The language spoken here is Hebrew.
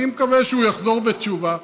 אני מקווה שהוא יחזור בתשובה,